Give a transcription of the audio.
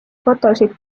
fotosid